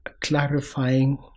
clarifying